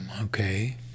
okay